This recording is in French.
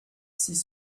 six